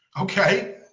Okay